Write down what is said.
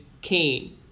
Cain